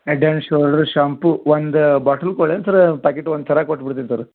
head and shoulders shampoo ಒಂದು bottle ಕೊಡ್ಲೇನು sir packet ಒಂದು ಸರ ಕೊಟ್ಬಿಡ್ತೀನಿ ಸರ